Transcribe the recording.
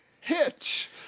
Hitch